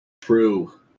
True